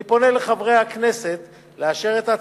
אני פונה לחברי הכנסת לאשר בקריאה שנייה